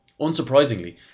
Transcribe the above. Unsurprisingly